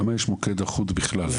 שמה יש מוקד אחוד בכלל.